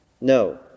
No